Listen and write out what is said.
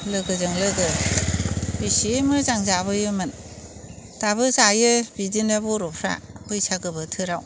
लोगोजों लोगो बिसि मोजां जाबोयोमोन दाबो जायो बिदिनो बर'फ्रा बैसागो बोथोराव